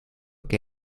que